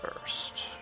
first